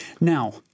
Now